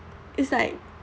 it's like